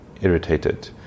irritated